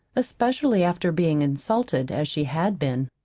especially after being insulted as she had been.